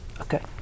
Okay